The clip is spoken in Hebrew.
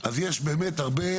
אז יש באמת הרבה.